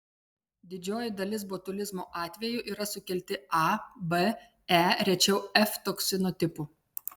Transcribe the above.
didžioji dalis botulizmo atvejų yra sukelti a b e rečiau f toksino tipų